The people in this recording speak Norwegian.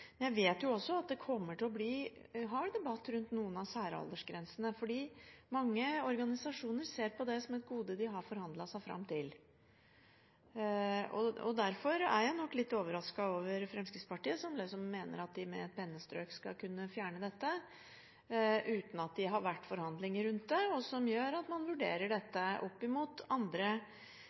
Men jeg vet jo også at det kommer til å bli en hard debatt rundt noen av særaldersgrensene, fordi mange organisasjoner ser på det som et gode de har forhandlet seg fram til. Derfor er jeg nok litt overrasket over Fremskrittspartiet, som mener at de med et pennestrøk skal kunne fjerne dette, uten at det har vært forhandlinger rundt det, og at man vurderer dette opp mot andre